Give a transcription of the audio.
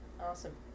Awesome